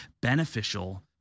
beneficial